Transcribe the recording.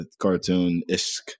cartoon-ish